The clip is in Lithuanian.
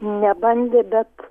nebandė bet